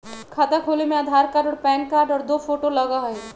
खाता खोले में आधार कार्ड और पेन कार्ड और दो फोटो लगहई?